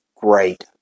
great